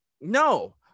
no